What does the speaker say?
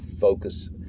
focus